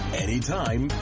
anytime